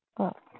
oh